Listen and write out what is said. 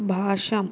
भाषाम्